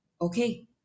okay